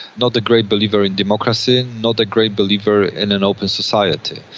not a great believer in democracy, not a great believer in an open society.